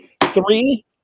Three